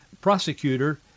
prosecutor